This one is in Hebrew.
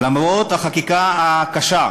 למרות החקיקה הקשה,